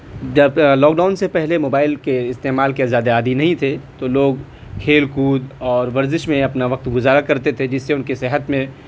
جب lockdown سے پہلے موبائل کے استعمال کے زیادہ عادی نہیں تھے تو لوگ کھیل کود اور ورزش میں اپنا وقت گزارا کرتے تھے جس سے ان کی صحت میں